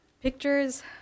pictures